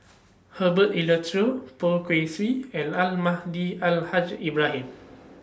Herbert Poh Kay Swee and Almahdi Al Haj Ibrahim